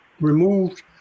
removed